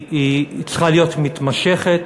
היא צריכה להיות מתמשכת,